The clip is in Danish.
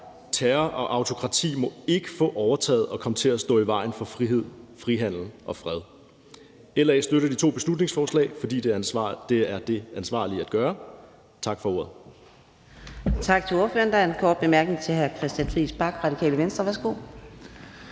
Terror og autokrati må ikke få overtaget og komme til at stå i vejen for frihed, frihandel og fred. LA støtter de to beslutningsforslag, fordi det er det ansvarlige at gøre. Tak for ordet.